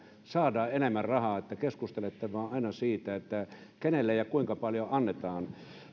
saadaan enemmän rahaa vaan keskustelette vain aina siitä kenelle ja kuinka paljon annetaan